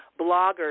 bloggers